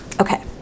Okay